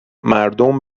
مردم